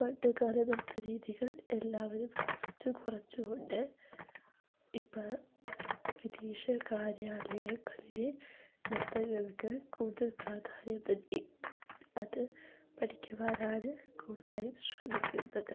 പണ്ടുകാല നൃത്തരീതികൾ എല്ലാവരും കുറച്ച് കുറച്ച് കൊണ്ട് ഇപ്പം വിദേശ കാര്യാലയങ്ങളില് നൃത്തങ്ങൾക്ക് കൂടുതൽ പ്രാധാന്യം നൽകി അത് പഠിക്കുവാനാണ് കൂടുതലായും ശ്രമിക്കുന്നത്